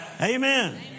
Amen